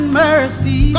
mercy